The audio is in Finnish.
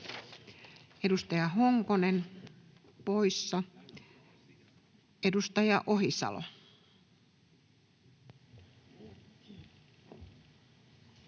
Edustaja Honkonen poissa. — Edustaja Ohisalo.